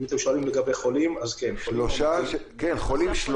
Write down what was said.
אם אתם שואלים לגבי חולים אז כן, חולים מאומתים.